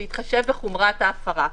בהתחשב בחומרת ההפרה".